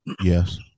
Yes